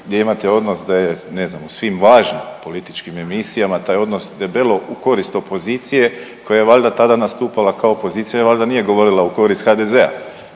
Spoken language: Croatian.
gdje imate odnos da je ne znam u svim važnim političkim emisijama taj odnos debelo u korist opozicije koja je valjda tada nastupala kao pozicija i valjda nije govorila u korist HDZ-a.